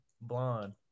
Blonde